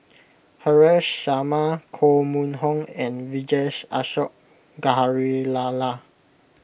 Haresh Sharma Koh Mun Hong and Vijesh Ashok Ghariwala